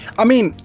i mean,